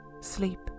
Sleep